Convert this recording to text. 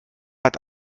hat